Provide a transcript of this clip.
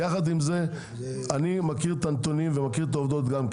-- אבל יחד עם זה אני מכיר את הנתונים ומכיר את ההסכם.